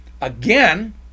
again